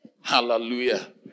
hallelujah